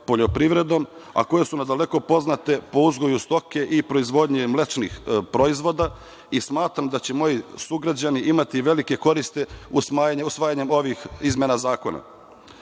poljoprivredom, a koje su nadaleko poznate po uzgoju stoke i proizvodnji mlečnih proizvoda, i smatram da će moji sugrađani imati velike koristi usvajanjem ovih izmena zakona. Od